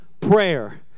prayer